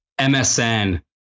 MSN